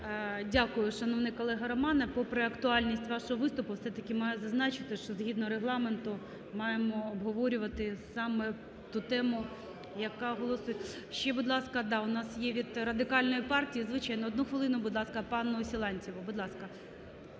Дякую, шановний колего Романе. Попри актуальність вашого виступу, все-таки маю зазначити, що згідно Регламенту маємо обговорювати саме ту тему, яка… Ще, будь ласка, да, у нас від Радикальної партії, звичайно. Одну хвилину, будь ласка, пану Силантьєву. Будь ласка.